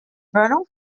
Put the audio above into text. vernon